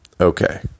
Okay